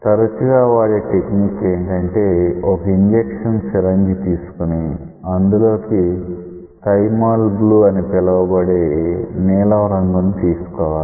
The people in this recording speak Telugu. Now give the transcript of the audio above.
తరచుగా వాడే టెక్నిక్ ఏంటంటే ఒక ఇంజక్షన్ సిరంజి తీసుకుని అందులోకి థైమోల్ బ్లూ అని పిలవబడే నీలం రంగు ని తీసుకోవాలి